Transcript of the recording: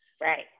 right